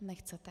Nechcete.